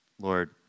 Lord